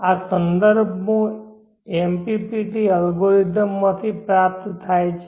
આ સંદર્ભો MPPT અલ્ગોરિધમમાંથી પ્રાપ્ત થાય છે